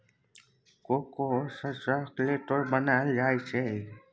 cocoa सँ चाकलेटो बनाइल जाइ छै